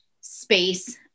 space